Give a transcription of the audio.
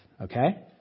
Okay